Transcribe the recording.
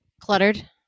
Cluttered